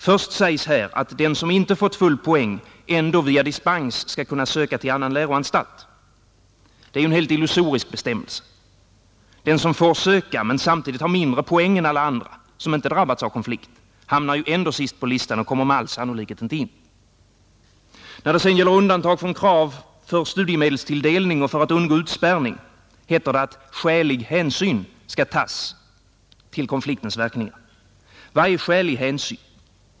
Först sägs här att den som inte fått full poäng ändå via dispens skall kunna söka till annan läroanstalt, Det är ju en helt illusorisk bestämmelse. Den som får söka men samtidigt har mindre poäng än alla andra, som inte drabbats av konflikt, hamnar ju ändå sist på listan och kommer med all sannolikhet inte in. När det sedan gäller undantag från krav för studiemedelstilldelning och för att undgå utspärrning heter det att skälig hänsyn skall tas till konfliktens verkningar. Vad är skälig hänsyn?